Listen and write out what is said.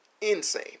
insane